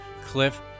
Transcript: Cliff